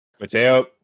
Mateo